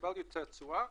תקבל יותר תשואה,